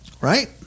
Right